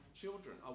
children